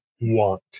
want